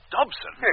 Dobson